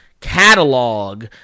catalog